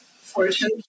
Fortune